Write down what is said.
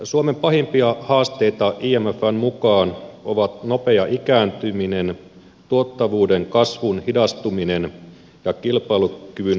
suomen pahimpia haasteita imfn mukaan ovat nopea ikääntyminen tuottavuuden kasvun hidastuminen ja kilpailukyvyn heikkeneminen